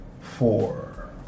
four